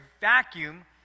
vacuum